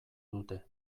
dute